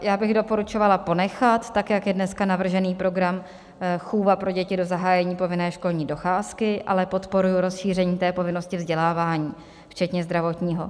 Já bych doporučovala ponechat, jak je dneska navržený program Chůva pro děti do zahájení povinné školní docházky, ale podporuji rozšíření povinnosti vzdělávání včetně zdravotního.